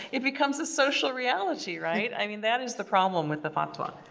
it becomes a social reality, right? i mean that is the problem with the fatwa.